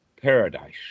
paradise